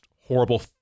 horrible